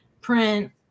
print